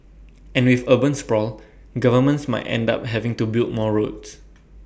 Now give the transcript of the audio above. and with urban sprawl governments might end up having to build more roads